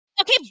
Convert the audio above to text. Okay